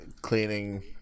cleaning